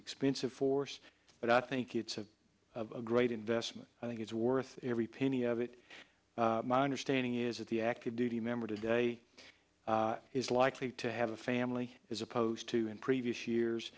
expensive force but i think it's a great investment i think it's worth every penny of it my understanding is that the active duty member today is likely to have a family as opposed to in previous years